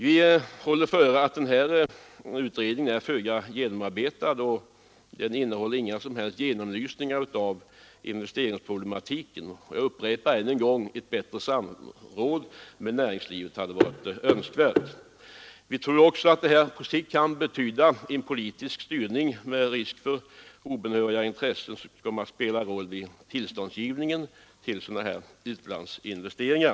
Vi håller före att ifrågavarande utredning är föga genomtänkt. Den innehåller inga som helst genomlysningar av investeringsproblematiken. Jag upprepar än en gång: Ett bättre samråd med näringslivet hade varit önskvärt. Vi tror också att en ändring av reglerna på sikt kan innebära en politisk styrning med risk för att obehöriga intressen kommer att spela en roll vid beviljandet av tillstånd till utlandsinvesteringar.